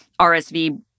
RSV